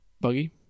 Buggy